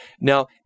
Now